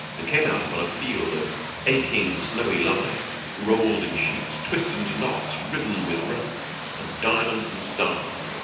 and came out upon a field of aching, snowy lime rolled in sheets, twisted into knots, riven with rents, and diamonds, and stars,